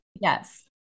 Yes